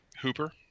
Hooper